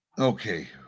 Okay